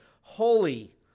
Holy